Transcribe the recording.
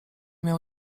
miał